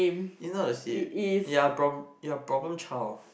it's not the same ya you're a problem child